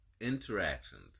interactions